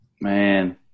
Man